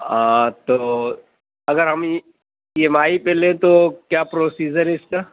آ تو اگر ہم ای ایم آئی پہ لیں تو کیا پروسیزر اِس کا